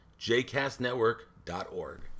jcastnetwork.org